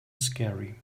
scary